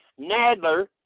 Nadler